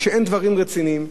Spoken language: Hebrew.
כשאין דברים רציניים,